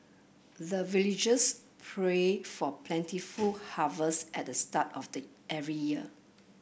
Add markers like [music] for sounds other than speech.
the villagers pray for plentiful harvest at the start of [unintelligible] every year